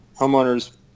homeowners